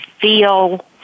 feel